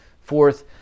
Fourth